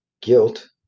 guilt